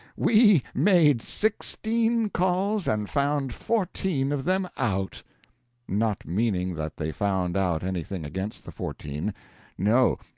we made sixteen calls and found fourteen of them out not meaning that they found out anything against the fourteen no,